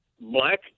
black